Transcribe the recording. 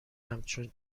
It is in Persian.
همچون